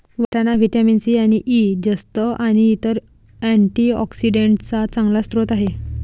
वाटाणा vitamin C आणि E, जस्त आणि इतर अँटीऑक्सिडेंट्सचा चांगला स्रोत आहे